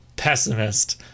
pessimist